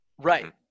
Right